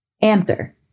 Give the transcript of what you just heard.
Answer